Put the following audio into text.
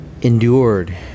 endured